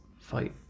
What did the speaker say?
Fight